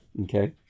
Okay